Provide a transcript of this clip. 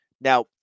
Now